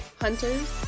hunters